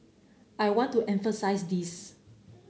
I want to emphasise this